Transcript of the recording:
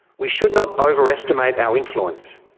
we should not overestimate our influence,